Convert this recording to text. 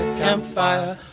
campfire